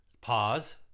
Pause